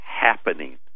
happening